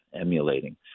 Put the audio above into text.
emulating